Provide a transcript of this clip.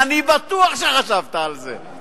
אני בטוח שחשבת על זה.